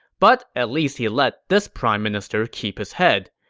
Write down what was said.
but at least he let this prime minister keep his head.